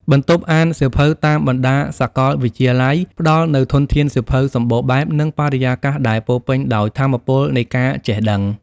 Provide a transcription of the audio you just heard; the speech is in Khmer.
បន្ទប់អានសៀវភៅតាមបណ្ដាសាកលវិទ្យាល័យ ផ្ដល់នូវធនធានសៀវភៅសម្បូរបែប និងបរិយាកាសដែលពោរពេញដោយថាមពលនៃការចេះដឹង។